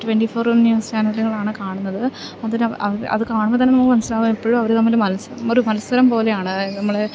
twenty ഫോറും news ചാനലുകളാണ് കാണുന്നത് അതിനവ് അവ് അത് കാണുമ്പോൾ തന്നെ നമുക്ക് മനസ്സിലാവും എപ്പോഴും അവർ തമ്മിൽ മത്സരം ഒരു മത്സരം പോലെയാണ് നമ്മൾ